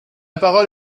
parole